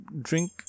drink